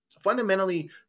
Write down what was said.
fundamentally